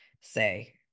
say